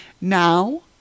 Now